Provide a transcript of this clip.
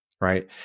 right